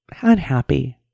unhappy